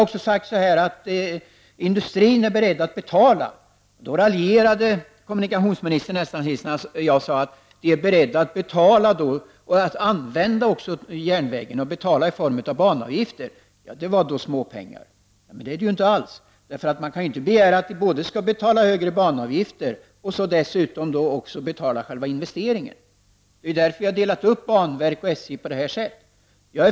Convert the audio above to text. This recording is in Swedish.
När jag sade att industrin är beredd att använda järnvägen och betala i form av banavgifter nästan raljerade kommunikationsministern och menade att det bara var fråga om småpengar. Men så förhåller det sig inte alls. Det kan ju inte begäras att man skall betala högre banavgifter och dessutom stå för själva investeringen. Det är ju därför som SJ och banverket har delats upp.